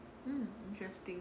mm interesting